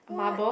what